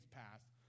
passed